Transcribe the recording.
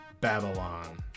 Babylon